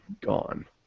gone